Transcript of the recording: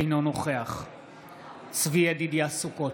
אינו נוכח צבי ידידיה סוכות,